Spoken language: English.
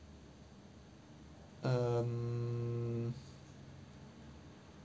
um